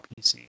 PC